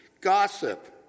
Gossip